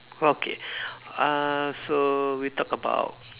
okay uh so we talk about